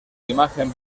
imagen